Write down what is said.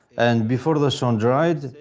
and before the stone dried,